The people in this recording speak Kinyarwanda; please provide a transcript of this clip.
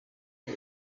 uko